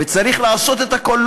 וצריך לעשות את הכול,